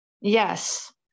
Yes